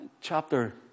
chapter